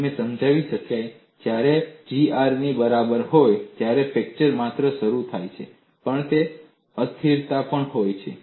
અને તમે સમજાવી શક્યા જ્યારે G R ની બરાબર હોય ત્યારે ફ્રેક્ચર માત્ર શરૂ થતું નથી પણ તે અસ્થિરતા પણ હોય છે